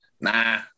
Nah